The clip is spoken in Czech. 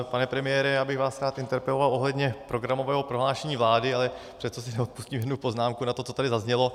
Pane premiére, já bych vás rád interpeloval ohledně programového prohlášení vlády, ale přesto si neodpustím jednu poznámku na to, co tady zaznělo.